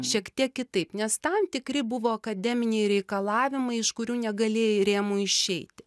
šiek tiek kitaip nes tam tikri buvo akademiniai reikalavimai iš kurių negalėjai rėmų išeiti